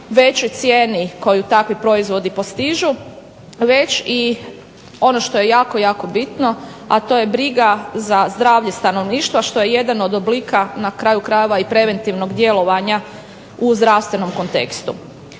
već i cijeni koju takvi proizvodi postižu već i ono što je jako, jako bitno a to je briga za zdravlje stanovništva. Što je jedan od oblika na kraju krajeva i preventivnog djelovanja u zdravstvenom kontekstu.